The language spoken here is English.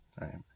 right